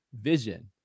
vision